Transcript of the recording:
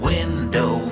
Window